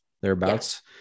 thereabouts